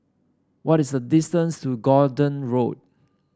what is the distance to Gordon Road